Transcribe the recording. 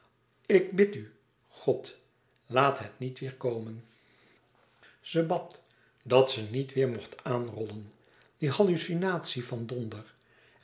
ik bid u god laat het niet weêr komen ze bad dat ze niet weêr mocht aanrollen die hallucinatie van donder